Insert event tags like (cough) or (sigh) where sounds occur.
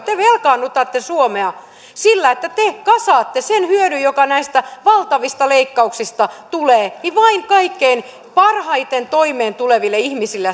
(unintelligible) te velkaannutatte suomea sillä että te kasaatte sen hyödyn joka näistä valtavista leikkauksista tulee vain kaikkein parhaiten toimeentuleville ihmisille (unintelligible)